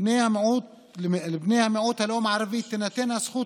9. "לבני המיעוט הלאומי הערבי תינתן הזכות